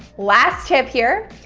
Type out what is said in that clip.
last tip here.